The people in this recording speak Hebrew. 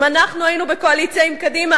אם אנחנו היינו בקואליציה עם קדימה,